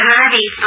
Harvey